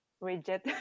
rigid